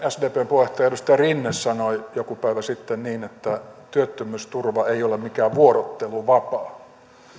sdpn puheenjohtaja edustaja rinne sanoi joku päivä sitten niin että työttömyysturva ei ole mikään vuorotteluvapaa ja